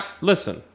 Listen